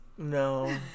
No